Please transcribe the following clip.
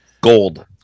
Gold